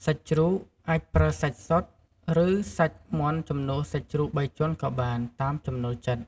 សាច់ជ្រូក អាចប្រើសាច់សុត ឬសាច់មាន់ជំនួសសាច់ជ្រូកបីជាន់ក៏បាន ទៅតាមចំណូលចិត្ត។